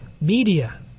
media